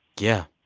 yeah,